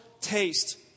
taste